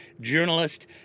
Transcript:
journalist